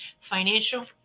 financial